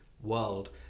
world